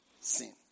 sin